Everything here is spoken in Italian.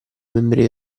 membri